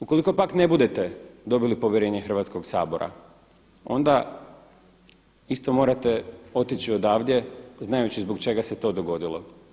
Ukoliko pak ne budete dobili povjerenje Hrvatskog sabora onda isto morate otići odavdje znajući zbog čega se to dogodilo.